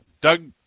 Doug